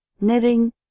Knitting